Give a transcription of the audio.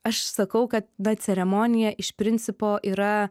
aš sakau kad na ceremonija iš principo yra